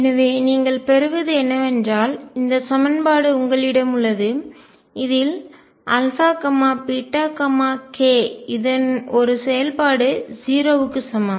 எனவே நீங்கள் பெறுவது என்னவென்றால் இந்த சமன்பாடு உங்களிடம் உள்ளது இதில் k இதன் ஒரு செயல்பாடு 0 க்கு சமம்